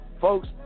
folks